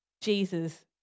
Jesus